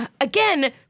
Again